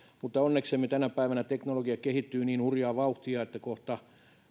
mutta onneksemme tänä päivänä teknologia kehittyy niin hurjaa vauhtia että kohta